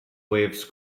waves